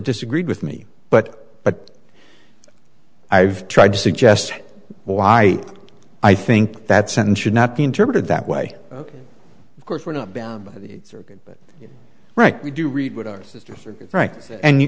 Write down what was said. disagreed with me but but i've tried to suggest why i think that sentence should not be interpreted that way of course we're not bound by the circuit right we do read what our systems are right and